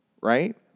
right